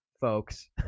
folks